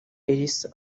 elisa